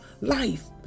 life